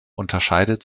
unterscheidet